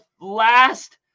last